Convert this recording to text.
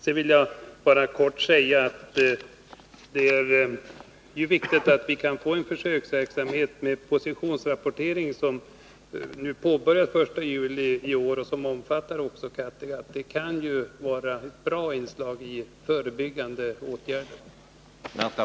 Sedan vill jag bara kort säga att det är viktigt att vi kan få en försöksverksamhet med den positionsrapportering som påbörjades den 1 juli i år och som omfattar även Kattegatt. Det kan vara ett bra inslag i de förebyggande åtgärderna.